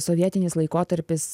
sovietinis laikotarpis